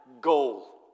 goal